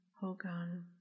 Hogan